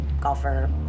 golfer